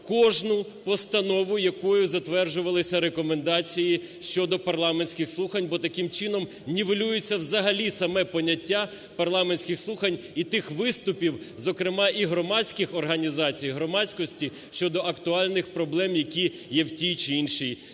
кожну постанову, якою затверджувалися рекомендації щодо парламентських слухань, бо таким чином нівелюється взагалі саме поняття парламентських слухань і тих виступів, зокрема, і громадських організацій, і громадськості щодо актуальних проблем, які є в тій чи іншій сфері.